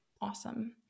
Awesome